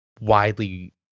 widely